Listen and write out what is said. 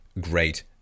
great